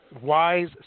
Wise